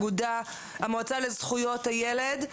המועצה לזכויות הילד,